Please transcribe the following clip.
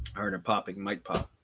already popping might pop.